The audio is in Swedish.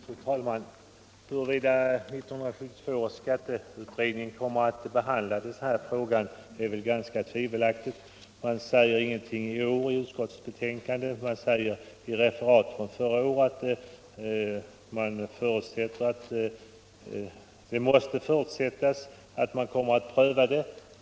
Fru talman! Huruvida 1972 års skatteutredning kommer att behandla denna fråga är väl ganska tvivelaktigt. I utskottets betänkande i år sägs ingenting om det. Förra året sade dock utskottet att det måste förutsättas att man kommer att pröva den.